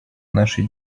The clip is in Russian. нашей